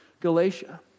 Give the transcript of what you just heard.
Galatia